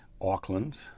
Auckland